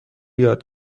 یاد